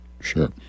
sure